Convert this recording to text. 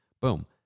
boom